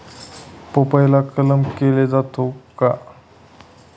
पपईला कलम केला जातो का?